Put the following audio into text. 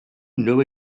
know